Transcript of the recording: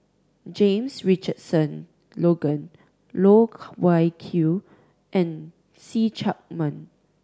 James Richardson Logan Loh Wai Kiew and See Chak Mun